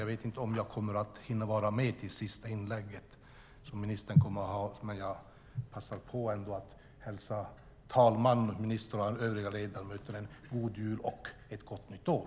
Jag vet inte om jag kommer att hinna vara kvar till ministerns sista inlägg, så jag passar på att önska talman, minister och övriga ledamöter en god jul och ett gott nytt år.